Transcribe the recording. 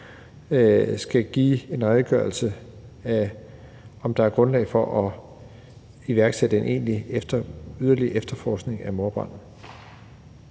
skal give en redegørelse for, om der er grundlag for at iværksætte en egentlig yderligere efterforskning af mordbranden.